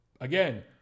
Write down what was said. again